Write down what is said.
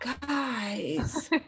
guys